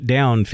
Down